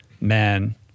men